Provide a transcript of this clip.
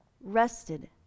rested